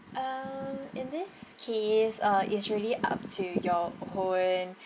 um in this case uh it's really up to your own